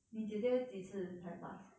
你姐姐几次才 pass